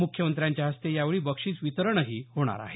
मुख्यमंत्र्यांच्या हस्ते यावेळी बक्षीस वितरणही होणार आहे